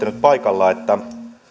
nyt paikalla että